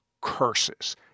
curses